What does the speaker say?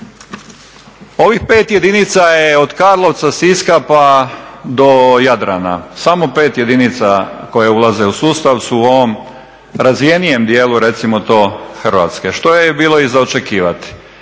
Ovih pet jedinica je od Karlovca, Siska, pa do Jadrana, samo 5 jedinica koje ulaze u sustav su u ovom razvijenijem dijelu recimo to Hrvatske što je bilo i za očekivati.